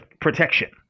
protection